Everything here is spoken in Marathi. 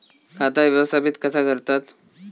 खाता व्यवस्थापित कसा करतत?